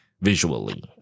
visually